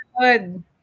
Good